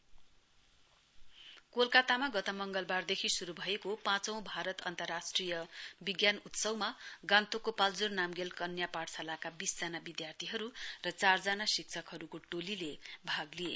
I I S F कोलकातामा गत मगंलबारदेखि श्रू भएको पाँचौ भारत अन्तर्राष्ट्रिय विज्ञान उत्सवमा गान्तोकको पाल्जोर नाम्गेल कन्या पाठशालाका बीस जना विधार्थीहरू र चारजना शिक्षकको टीमले भाग लिए